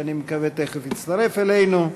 שאני מקווה שתכף יצטרף אלינו.